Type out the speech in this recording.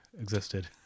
existed